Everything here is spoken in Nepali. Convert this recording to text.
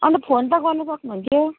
अन्त फोन त गर्नु सक्नुहुन्थ्यो